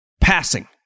Passing